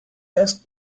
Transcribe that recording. asked